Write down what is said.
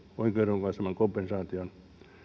oikeudenmukaisemman kompensaation